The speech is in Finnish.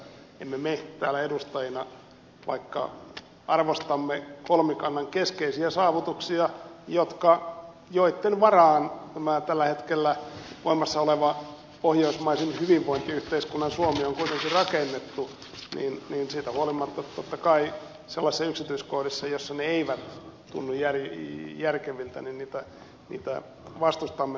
mutta on aivan selvää että me täällä edustajina vaikka arvostamme kolmikannan keskeisiä saavutuksia joitten varaan tällä hetkellä voimassa oleva pohjoismaisen hyvinvointiyhteiskunnan suomi on kuitenkin rakennettu siitä huolimatta totta kai sellaisissa yksityiskohdissa joissa ne eivät tunnu järkeviltä niitä vastustamme